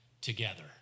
together